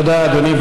תודה, אדוני.